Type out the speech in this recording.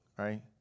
Right